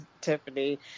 Tiffany